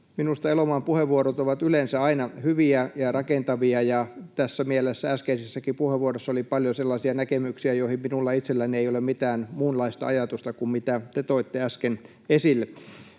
Minusta Elomaan puheenvuorot ovat yleensä aina hyviä ja rakentavia, ja tässä mielessä äskeisessäkin puheenvuorossa oli paljon sellaisia näkemyksiä, joihin minulla itselläni ei ole mitään muunlaista ajatusta kuin mitä te toitte äsken esille.